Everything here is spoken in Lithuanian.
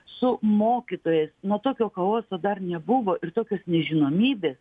su mokytojais na tokio chaoso dar nebuvo ir tokios nežinomybės